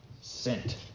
Sent